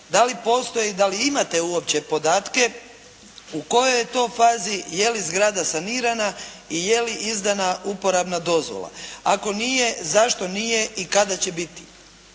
da li postoji, da li imate uopće podatke u kojoj je to fazi, je li zgrada sanirana i je li izdana uporabna dozvola. Ako nije, zašto nije i kada će biti?